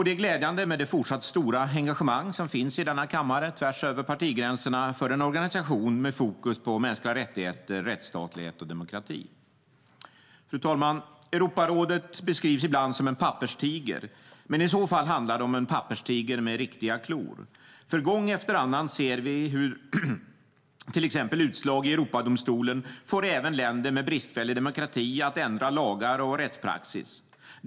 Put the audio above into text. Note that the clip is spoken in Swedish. Det är glädjande med det fortsatt stora engagemang som finns i denna kammare, tvärs över partigränserna, för en organisation med fokus på mänskliga rättigheter, rättsstatlighet och demokrati. Fru talman! Europarådet beskrivs ibland som en papperstiger. I så fall handlar det om en papperstiger med riktiga klor, för gång efter annan ser vi hur till exempel utslag i Europadomstolen får även länder med bristfällig demokrati att ändra lagar och rättspraxis.